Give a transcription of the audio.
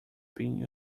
being